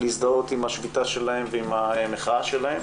להזדהות עם השביתה שלהם ועם המחאה שלהם